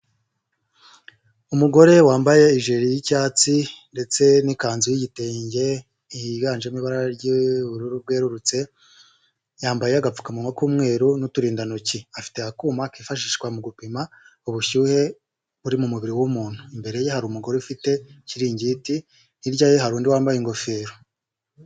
Umugore wambaye ijeri y'icyatsi ndetse n'ikanzu y'igitenge, higanjemo ibara ry'ubururu bwerurutse, yambaye agapfukamunwa k'umweru n'uturindantoki, afite kakuma kifashishwa mu gupima ubushyuhe buri mu mubiri w'umuntu, imbere ye hari umugore ufite ikiringiti, hiryaye hari undi wambaye ingofero.